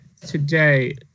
today